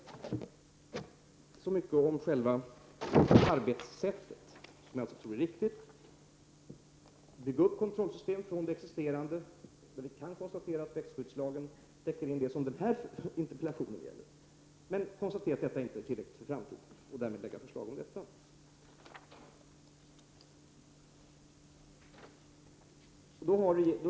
Så mycket om själva arbetssättet, som jag alltså tror är riktigt — vi bygger upp kontrollsystem från det redan existerande. Vi kan ju konstatera att växtskyddslagen täcker in det som denna interpellation gäller men inte är tillräcklig för framtiden, och vi får alltså lägga fram förslag om detta.